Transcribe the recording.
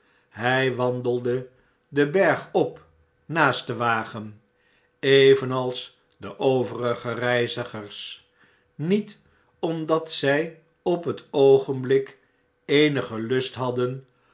hjj wandeide den berg op naast den wagen evenals de overige reizigers niet omdat zn op het oogenblik eenige lust hadden